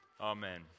Amen